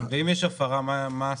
ואם יש הפרה, מה הסנקציה?